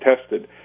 tested